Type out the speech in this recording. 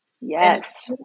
Yes